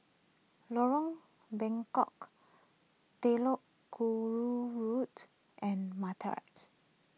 Lorong Bengkok Telok Kurau Road and